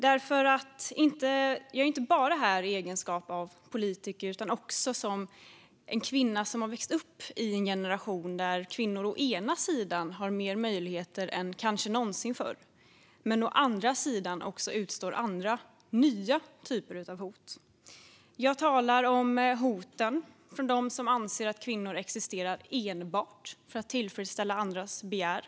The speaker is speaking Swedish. Jag är nämligen inte bara här i egenskap av politiker utan även som en kvinna som har vuxit upp i en generation där kvinnor å ena sidan har mer möjligheter än kanske någonsin förr men å andra sidan får utstå andra, nya typer av hot. Jag talar om hoten från dem som anser att kvinnor existerar enbart för att tillfredsställa andras begär.